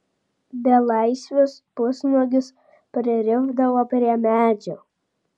belaisvius pusnuogius pririšdavo prie medžių